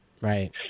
Right